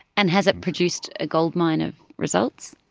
and has it produced a goldmine of results?